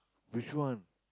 which one